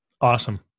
Awesome